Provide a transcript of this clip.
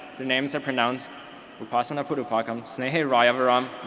the names are pronounced upasana pudupakkam, snehith rayavaram,